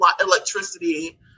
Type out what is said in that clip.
electricity